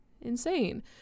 insane